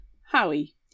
Howie